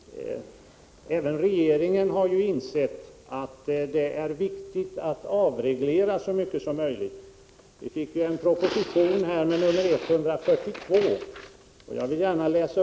Herr talman! Får jag till Göran Magnusson säga att även regeringen ju har insett att det är viktigt att avreglera så mycket som möjligt. Jag vill gärna läsa upp några rader ur den proposition, nr 142, som vi har fått.